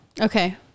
okay